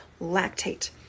lactate